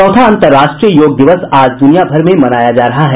चौथा अंतर्राष्ट्रीय योग दिवस आज दुनियाभर में मनाया जा रहा है